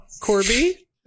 Corby